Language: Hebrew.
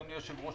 אדוני היושב-ראש,